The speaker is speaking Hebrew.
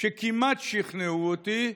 שכמעט שכנעו אותי,